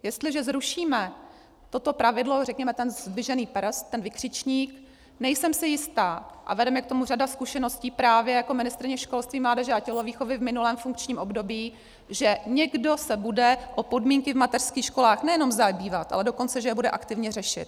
Jestliže zrušíme toto pravidlo, řekněme ten zdvižený prst, ten vykřičník, nejsem si jistá, a vede mě k tomu řada zkušeností právě jako ministryni školství, mládeže a tělovýchovy v minulém funkčním období, že někdo se bude o podmínky v mateřských školách nejenom zajímat, ale dokonce že je bude aktivně řešit.